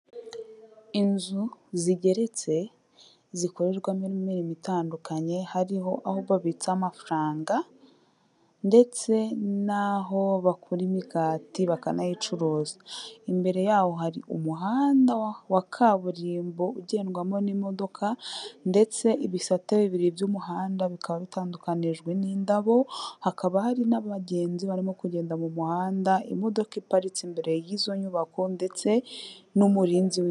Inzu zigeretse zikorerwamo imirimo itandukanye， hari aho babitse amafaranga ndetse naho bakora imigati bakanayicuruza， imbere yaho hari umuhanda wa kaburimbo ugendwamo n'imodoka， ndetse ibisate bibiri by'umuhanda bikaba bitandukanijwe n'indabo， hakaba hari n'abagenzi barimo kugenda mu muhanda， imodoka iparitse imbere y'izo nyubako， ndetse n'umurinzi wazo.